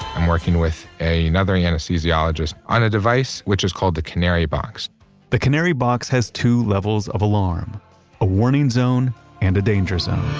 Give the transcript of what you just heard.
i'm working with another anesthesiologist on a device which is called the canarybox the canarybox has two levels of alarm a warning zone and a danger zone